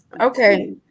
Okay